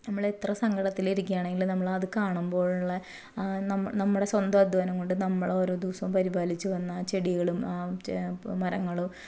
നമ്മൾ എത്ര സങ്കടത്തിൽ ഇരിക്കുകയാണെങ്കിലും നമ്മളത് കാണുമ്പോഴുള്ള ആ നം നമ്മുടെ സ്വന്തം അധ്വാനം കൊണ്ട് നമ്മൾ ഓരോ ദിവസവും പരിപാലിച്ച് വന്ന ആ ചെടികളും ആ ചെ മരങ്ങളും